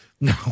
No